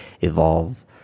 Evolve